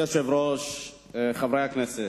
היושב-ראש, חברי הכנסת,